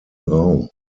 raum